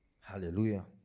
Hallelujah